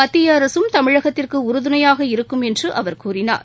மத்தியஅரசும் தமிழகத்திற்கு உறுதுணையாக இருக்கும் என்று அவர் கூறினார்